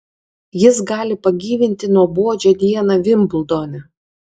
jis gali pagyvinti nuobodžią dieną vimbldone